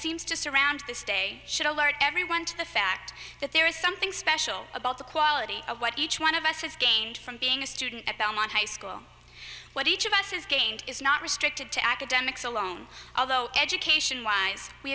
seems to surround this day should alert everyone to the fact that there is something special about the quality of what each one of us has gained from being a student at belmont high school what each of us has gained is not restricted to academics alone although education w